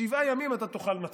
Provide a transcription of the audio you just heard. שבעה ימים אתה תאכל מצות,